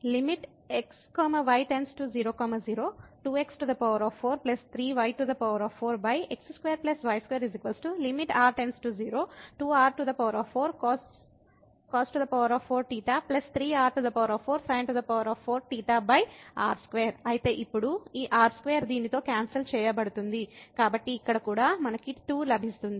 x y 0 02x4 3y4x2 y2 r 02r4cos4 3r4sin4r2 కాబట్టి ఇప్పుడు ఈ r2 దీనితో క్యాన్సల్ చేయబడుతుంది కాబట్టి ఇక్కడ కూడా మనకు 2 లభిస్తుంది